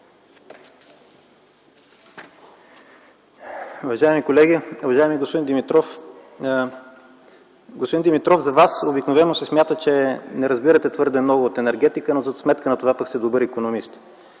Уважаеми колеги! Уважаеми господин Димитров, за Вас обикновено се смята, че не разбирате твърде много от енергетика, но за сметка на това сте добър икономист.